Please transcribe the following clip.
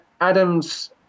Adams